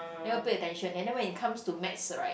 never pay attention and then when it comes to maths right